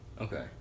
Okay